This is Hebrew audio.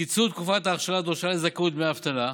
קיצור תקופת האכשרה הדרושה לזכאות לדמי אבטלה,